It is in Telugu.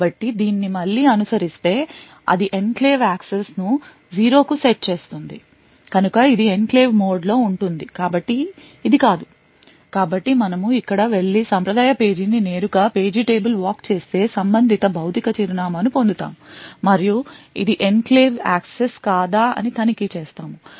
కాబట్టి దీన్ని మళ్ళీ అనుసరిస్తే అది ఎన్క్లేవ్ యాక్సెస్ను 0 కి సెట్ చేస్తుంది కనుక ఇది ఎన్క్లేవ్ మోడ్ లో ఉంటుంది కాబట్టి ఇది కాదు కాబట్టి మనము ఇక్కడకు వెళ్లి సాంప్రదాయ పేజీని నేరుగా పేజీ టేబుల్ walk చేసి సంబంధిత భౌతిక చిరునామా ను పొందుతాము మరియు ఇది ఎన్క్లేవ్ యాక్సెస్ కాదా అని తనిఖీ చేస్తాము